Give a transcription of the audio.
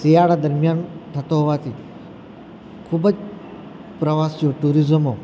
શિયાળો દરમિયાન થતો હોવાથી ખૂબ જ પ્રવાસીઓ ટુરીઝમો